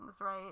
right